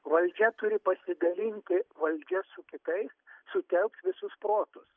valdžia turi pasidalinti valdžia su kitais sutelkt visus protus